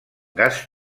gas